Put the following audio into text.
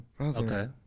Okay